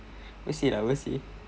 we'll see lah we'll see